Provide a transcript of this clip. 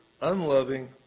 unloving